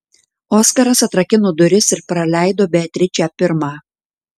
oskaras atrakino duris ir praleido beatričę pirmą